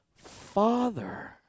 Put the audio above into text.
father